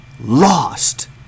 lost